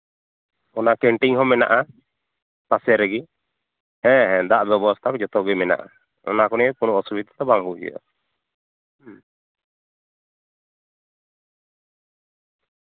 ᱚᱱᱟ ᱠᱮᱱᱴᱤᱱ ᱦᱚᱸ ᱢᱮᱱᱟᱜᱼᱟ ᱯᱟᱥᱮ ᱨᱮᱜᱮ ᱦᱮᱸ ᱦᱮᱸ ᱫᱟᱜ ᱵᱮᱵᱚᱥᱛᱟ ᱦᱚᱸ ᱡᱚᱛᱚ ᱜᱮ ᱢᱮᱱᱟᱜᱼᱟ ᱚᱱᱟ ᱠᱚ ᱱᱤᱭᱮᱹ ᱫᱚ ᱠᱚᱱᱳ ᱚᱥᱩᱵᱤᱛᱟ ᱫᱚ ᱵᱟᱝ ᱦᱩᱭᱩᱜᱼᱟ ᱦᱩᱸ